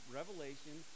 revelation